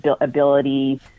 ability